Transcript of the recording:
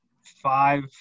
five